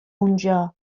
اونجا